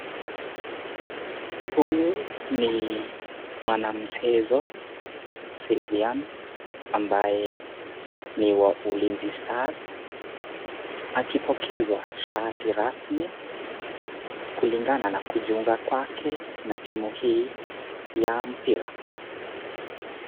Huyu ni mwanamchezo Sylvian ambaye ni wa Ulinzi Stars akipokezwa shati rasmi kulingana na kujiunga kwake na timu hii ya mpira.